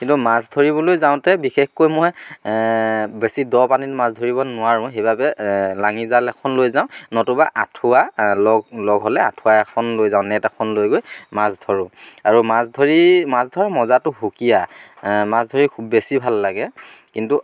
কিন্তু মাছ ধৰিবলৈ যাওঁতে বিশেষকৈ মই বেছি দ পানীত মাছ ধৰিব নোৱাৰোঁ সেই বাবে লাঙি জাল এখন লৈ যাওঁ নতুবা আঁঠুৱা লগ লগ হ'লে আঁঠুৱা এখন লৈ যাওঁ নেট এখন লৈ গৈ মাছ ধৰোঁ আৰু মাছ ধৰি মাছ ধৰা মজাটো সুকীয়া মাছ ধৰি বেছি ভাল লাগে কিন্তু